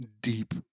deep